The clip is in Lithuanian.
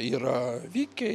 yra vikiai